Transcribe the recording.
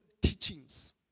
teachings